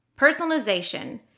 personalization